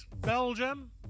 Belgium